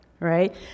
right